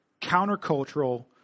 countercultural